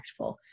impactful